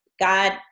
God